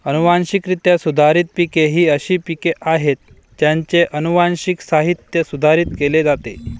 अनुवांशिकरित्या सुधारित पिके ही अशी पिके आहेत ज्यांचे अनुवांशिक साहित्य सुधारित केले जाते